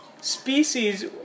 Species